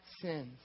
sins